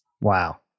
Wow